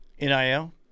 NIL